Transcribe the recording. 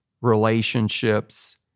relationships